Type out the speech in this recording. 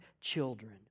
children